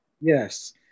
Yes